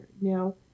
Now